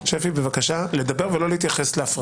דיבה --- שפי, לא להתייחס לחברי